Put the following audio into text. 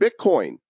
Bitcoin